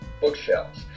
bookshelves